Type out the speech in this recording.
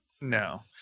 No